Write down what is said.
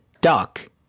duck